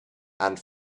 and